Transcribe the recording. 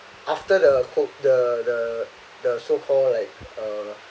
after the quote the the the so call like uh